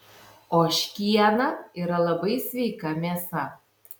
ožkiena yra labai sveika mėsa